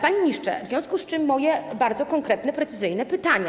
Panie ministrze, w związku z tym moje bardzo konkretne, precyzyjne pytania.